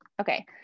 Okay